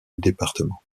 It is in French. département